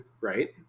right